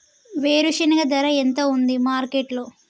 వేరుశెనగ ధర ఎంత ఉంది మార్కెట్ లో?